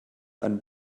einen